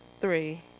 three